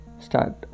start